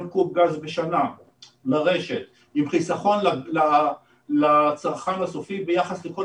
קוב גז בשנה לרשת עם חיסכון לצרכן הסופי ביחס לכל